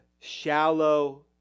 shallow